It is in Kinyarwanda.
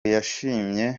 yashimye